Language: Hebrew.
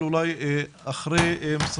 אולי אחרי נציגי